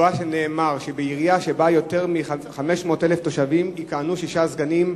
שם נאמר שבעירייה שבה יותר מ-500,000 תושבים יכהנו שישה סגנים.